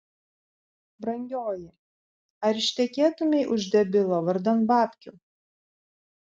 brangioji ar ištekėtumei už debilo vardan babkių